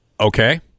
Okay